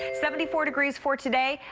seventy four degrees for today.